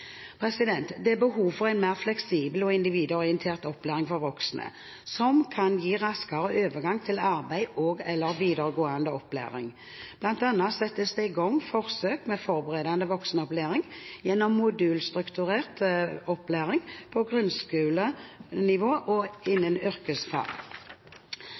innvandrere Det er behov for en mer fleksibel og individorientert opplæring for voksne som kan gi raskere overgang til arbeid og/eller videregående opplæring. Blant annet settes det i gang forsøk med forberedende voksenopplæring gjennom modulstrukturert opplæring på grunnskolenivå og